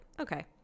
Okay